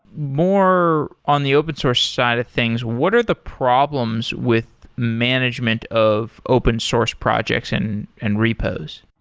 more on the open-source side of things, what are the problems with management of open source projects and and repos?